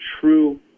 true